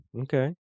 Okay